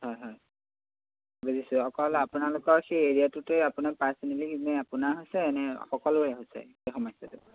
হয় হয় বুজিছোঁ অকল আপোনালোকৰ সেই এৰিয়াটোতে আপোনাক পাৰ্চনেলিনে আপোনাৰ হৈছে নে সকলোৰে হৈছে সেই সমস্যাটো